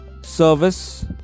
service